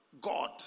God